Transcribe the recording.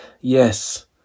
Yes